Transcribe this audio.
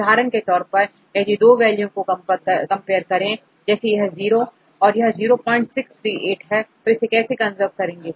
उदाहरण के तौर पर यदि इन दो वैल्यू को कंपेयर करें जैसे यह जीरो और यह 0 638 है तो इसे कैसे कंजर्व करेंगे